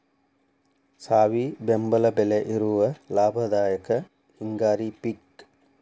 ಸಾವಿ ಬೆಂಬಲ ಬೆಲೆ ಇರುವ ಲಾಭದಾಯಕ ಹಿಂಗಾರಿ ಪಿಕ್